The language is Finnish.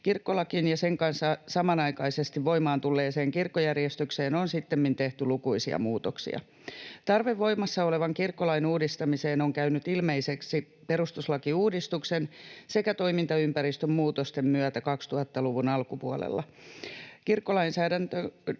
Kirkkolakiin ja sen kanssa samanaikaisesti voimaan tulleeseen kirkkojärjestykseen on sittemmin tehty lukuisia muutoksia. Tarve voimassa olevan kirkkolain uudistamiseen on käynyt ilmeiseksi perustuslakiuudistuksen sekä toimintaympäristön muutosten myötä 2000-luvun alkupuolella. Kirkkolainsäädännön